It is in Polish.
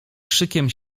krzykiem